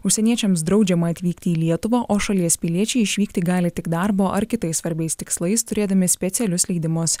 užsieniečiams draudžiama atvykti į lietuvą o šalies piliečiai išvykti gali tik darbo ar kitais svarbiais tikslais turėdami specialius leidimus